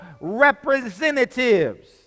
representatives